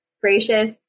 gracious